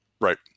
Right